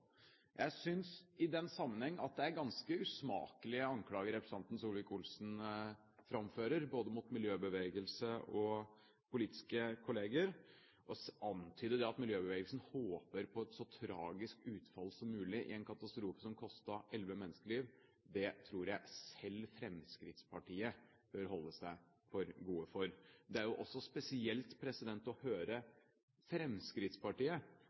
Jeg synes i den sammenheng at det er ganske usmakelige anklager som representanten Solvik-Olsen framfører, både mot miljøbevegelse og politiske kolleger, når han antyder at miljøbevegelsen håper på et så tragisk utfall som mulig i en katastrofe som kostet elleve menneskeliv. Det tror jeg selv Fremskrittspartiet bør holde seg for gode for. Det er jo også spesielt å høre Fremskrittspartiet